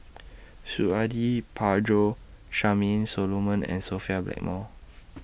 Suradi Parjo Charmaine Solomon and Sophia Blackmore